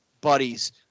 buddies